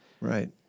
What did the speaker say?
Right